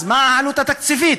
אז מה העלות התקציבית?